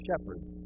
shepherds